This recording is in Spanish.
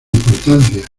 importancia